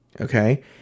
Okay